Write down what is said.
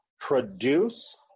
produce